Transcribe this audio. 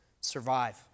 survive